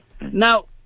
Now